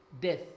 Death